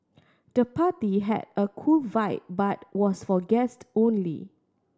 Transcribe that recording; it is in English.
the party had a cool vibe but was for guest only